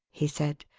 he said.